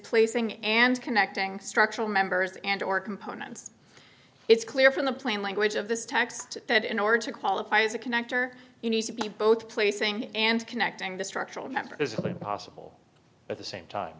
placing and connecting structural members and or components it's clear from the plain language of this text that in order to qualify as a connector you need to be both placing and connecting the structural member possible at the same time